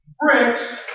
bricks